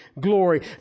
glory